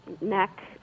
neck